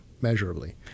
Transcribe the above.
measurably